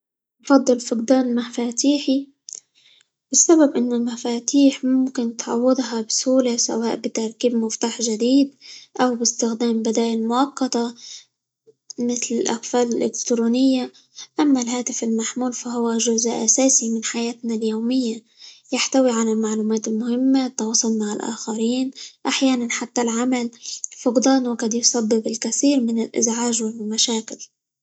أفضل فقدان مفاتيجي؛ السبب إنه المفاتيح ممكن تعوضها بسهولة سواء بتركيب مفتاح جديد، أو باستخدام بدائل مؤقتة، مثل: الأقفال الإلكترونية، أما الهاتف المحمول فهو جزء أساسي من حياتنا اليومية، يحتوي على المعلومات المهمة، التواصل مع الآخرين، أحيانًا حتى العمل، فقدانه قد يسبب الكثير من الإزعاج، والمشاكل.